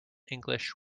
english